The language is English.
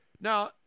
Now